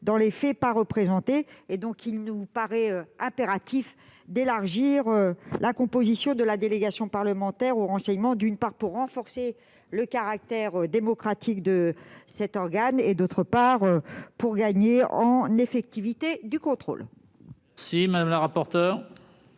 dans les faits, d'une représentation. Il nous paraît donc impératif d'étendre la composition de la délégation parlementaire au renseignement, d'une part, pour renforcer le caractère démocratique de cet organe et, d'autre part, pour gagner en effectivité du contrôle. Quel est l'avis de